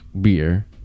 beer